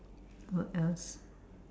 what else